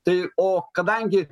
tai o kadangi